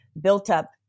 built-up